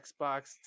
Xbox